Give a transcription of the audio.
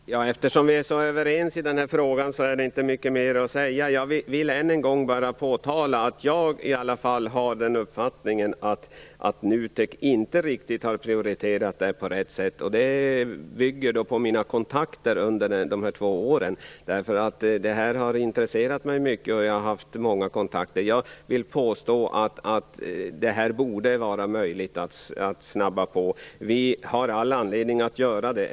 Fru talman! Eftersom vi är så överens i denna fråga, är det inte mycket mer att säga. Jag vill än en gång bara påtala att jag i alla fall har den uppfattningen att NUTEK inte riktigt har prioriterat detta på rätt sätt. Det bygger jag på mina kontakter under dessa två år. Detta har intresserat mig mycket, och jag har haft många kontakter. Jag vill påstå att det borde vara möjligt att snabba på i den här frågan, och det finns all anledning att göra det.